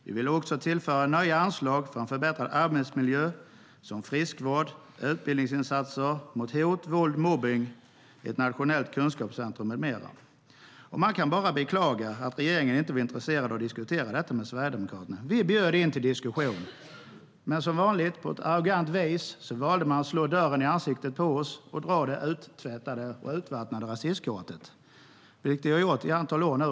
Vi vill också tillföra nya anslag för en förbättrad arbetsmiljö, som friskvård, utbildningsinsatser mot hot, våld och mobbning, ett nationellt kunskapscentrum med mera. Man kan bara beklaga att regeringen inte var intresserad av att diskutera detta med Sverigedemokraterna. Vi bjöd in till diskussion, men som vanligt valde man att på ett arrogant vis slå dörren i ansiktet på oss och dra det urtvättade och urvattnade rasistkortet. Det har man gjort i ett antal år nu.